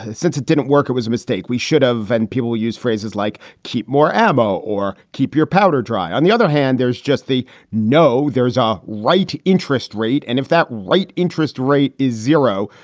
since it didn't work, it was a mistake. we should have and people use phrases like keep more ammo or keep your powder dry. on the other hand, there's just the no there's a right interest rate. and if that right interest rate is zero,